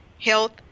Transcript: health